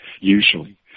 Usually